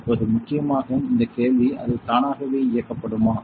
இப்போது முக்கியமாக இந்த கேள்வி அது தானாகவே இயக்கப்படுமா